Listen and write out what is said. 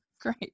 great